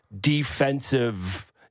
defensive